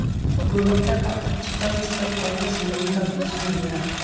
गुणवत्ता क उच्चतम स्तर कउना श्रेणी क बीज मे होला?